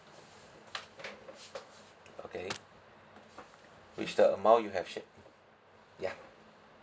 okay which the amount you have shared yeah